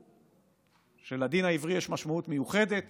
שקבעו שלדין העברי יש משמעות מיוחדת